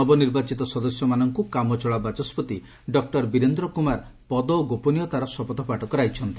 ନବନିର୍ବାଚିତ ସଦସ୍ୟମାନଙ୍କୁ କାମଚଳା ବାଚସ୍ୱତି ଡକ୍ଟର ବୀରେନ୍ଦ୍ର କୁମାର ପଦ ଓ ଗୋପନୀୟତାର ଶପଥପାଠ କରାଇଛନ୍ତି